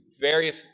various